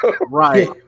Right